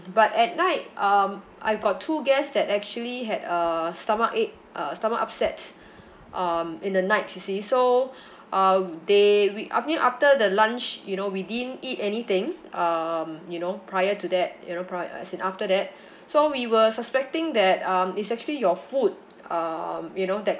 but at night um I got two guests that actually had a stomach ache uh stomach upset um in the night you see so uh they we I mean after the lunch you know we didn't eat anything um you know prior to that you know prior as in after that so we were suspecting that um it's actually your food um you know that